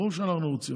ברור שאנחנו רוצים,